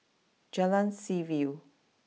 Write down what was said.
Jalan Seaview